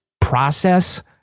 process